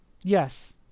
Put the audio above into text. yes